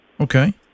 Okay